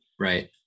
Right